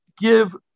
give